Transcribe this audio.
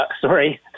sorry